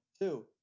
Two